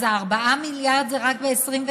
אז 4 מיליארד זה רק ב-2021,